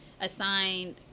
assigned